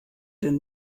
denn